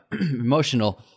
emotional